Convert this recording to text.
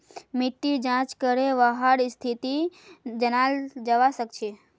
मिट्टीर जाँच करे वहार स्थिति जनाल जवा सक छे